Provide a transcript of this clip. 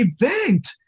event